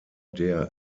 der